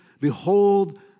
Behold